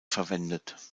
verwendet